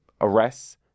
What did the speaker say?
arrests